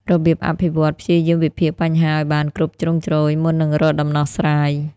របៀបអភិវឌ្ឍន៍ព្យាយាមវិភាគបញ្ហាឲ្យបានគ្រប់ជ្រុងជ្រោយ មុននឹងរកដំណោះស្រាយ។